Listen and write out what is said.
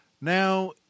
Now